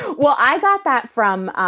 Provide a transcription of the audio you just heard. well, i got that from